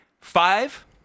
Five